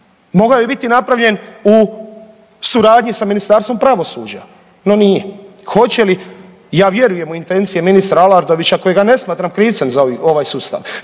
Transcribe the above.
Mogao je biti napravljen u suradnji sa Ministarstvom pravosuđa, no nije. Hoće li? Ja vjerujem u intencije ministra Aladrovića kojega ne smatram krivcem za ovaj sustav,